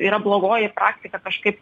yra blogoji praktika kažkaip